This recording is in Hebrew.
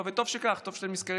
טוב שאתם נזכרים במנחם בגין.